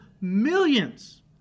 millions